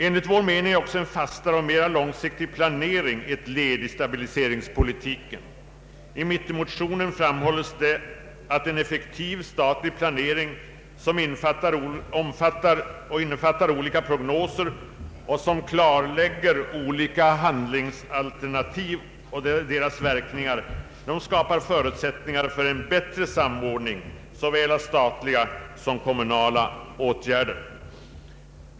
Enligt vår mening är också en fastare och mera långsiktig planering ett led i stabiliseringspolitiken. I mittenmotionen frambhålles att en effektiv statlig planering som innefattar olika prognoser och som klarlägger olika handlingsalternativ samt deras verkningar skapar förutsättningar för en bättre samordning såväl av statliga som kommunala åtgärder.